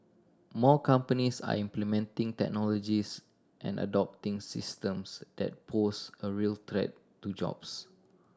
more companies are implementing technologies and adopting systems that pose a real threat to jobs